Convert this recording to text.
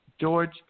George